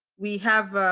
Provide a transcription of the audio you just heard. we have,